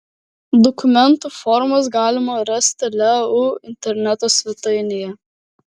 dokumentų formas galima rasti leu interneto svetainėje